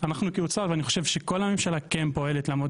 אנחנו כאוצר ואני חושב שכל הממשלה כן פועלת לעמוד